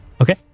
Okay